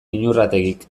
inurrategik